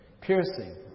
piercing